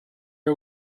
are